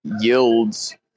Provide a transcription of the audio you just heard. yields